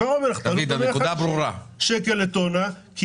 כל המפעלים שיושבים פה, אם